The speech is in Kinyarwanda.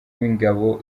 w’ingabo